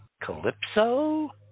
Calypso